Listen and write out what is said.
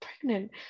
pregnant